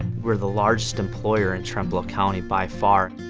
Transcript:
we're the largest employer in trumbull county by far.